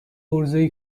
عرضهی